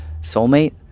soulmate